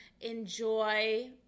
Enjoy